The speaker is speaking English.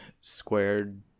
squared